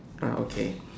ah okay